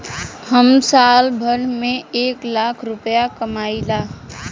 हम साल भर में एक लाख रूपया कमाई ला